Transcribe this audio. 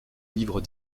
livres